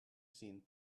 seen